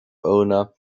owner